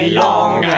long